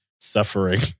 suffering